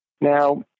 Now